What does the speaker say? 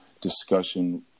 discussion